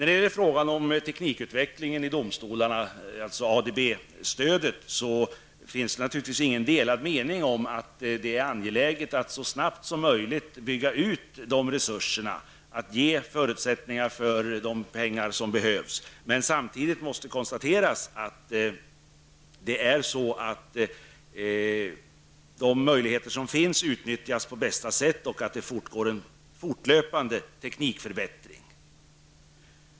det handlar alltså om ADB-stödet -- finns det naturligtvis inga delade meningar om det angelägna med att så snabbt som möjligt bygga ut de resurserna. Det gäller ju att skapa förutsättningar beträffande de pengar som behövs. Men samtidigt måste de möjligheter som finns utnyttjas på bästa sätt. Det är också viktigt att vi har en fortlöpande teknikförbättring.